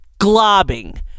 globbing